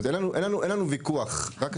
זאת אומרת אין לנו ויכוח,